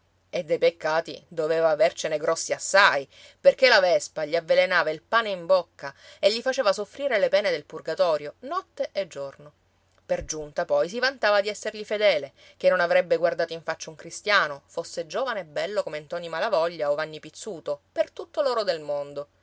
e dei peccati doveva avercene grossi assai perché la vespa gli avvelenava il pane in bocca e gli faceva soffrire le pene del purgatorio notte e giorno per giunta poi si vantava di essergli fedele che non avrebbe guardato in faccia un cristiano fosse giovane e bello come ntoni malavoglia o vanni pizzuto per tutto l'oro del mondo